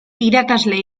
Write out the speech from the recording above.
irakasle